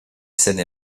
seine